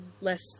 less